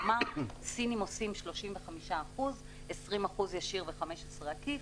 כלומר הסינים עושים 35% - 20% ישיר ו-15% עקיף,